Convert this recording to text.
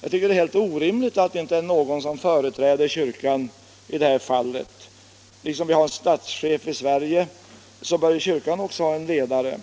jag tycker det är orimligt att inte någon företräder kyrkan. Liksom vi har en statschef här i landet bör kyrkan också ha en ledare.